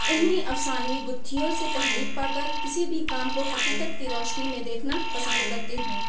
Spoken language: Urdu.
انہیں افسانوی گھتیوں سے تحریک پا کر کسی بھی کام کو حقیقت کی روشنی میں دیکھنا پسند کرتی ہوں